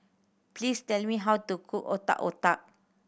please tell me how to cook Otak Otak